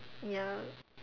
ya